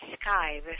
sky